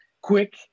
quick